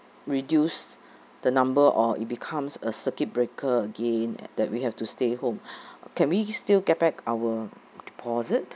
reduced the number or it becomes a circuit breaker again that we have to stay home can we still get back our deposit